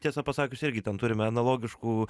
tiesą pasakius irgi ten turime analogiškų